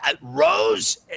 Rose